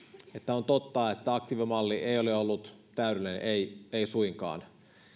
on totta että aktiivimalli ei ole ollut täydellinen ei suinkaan